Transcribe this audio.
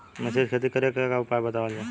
मिश्रित खेती करे क उपाय बतावल जा?